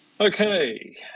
Okay